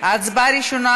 ההצבעה הראשונה,